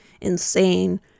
insane